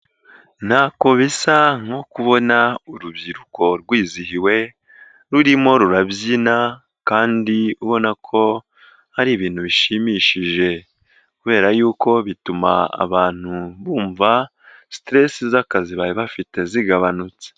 Ntako bisa nko kubona urubyiruko rwizihiwe rurimo rurabyina kandi ubona ko hari ibintu bishimishije, kubera yuko bituma abantu bumva siteresi z'akazi bari bafite zigabanutse.